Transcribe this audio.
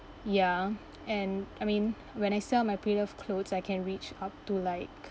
ya and I mean when I sell my pre-loved clothes I can reach up to like